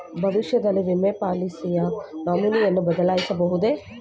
ಭವಿಷ್ಯದಲ್ಲಿ ವಿಮೆ ಪಾಲಿಸಿಯ ನಾಮಿನಿಯನ್ನು ಬದಲಾಯಿಸಬಹುದೇ?